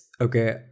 okay